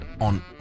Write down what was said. on